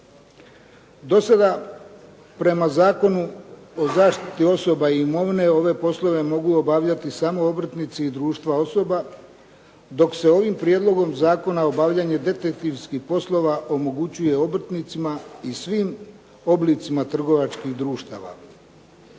Do sada prema Zakonu o zaštiti osoba i imovine, ove poslove mogu obavljati samo obrtnici i društva osoba dok se ovim prijedlogom zakona obavljanje detektivskih poslova omogućuje obrtnicima i svim oblicima trgovačkih društava.